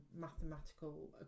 mathematical